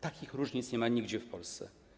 Takich różnic nie ma nigdzie w Polsce.